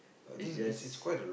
it just